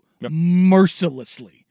mercilessly